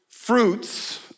Fruits